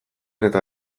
eta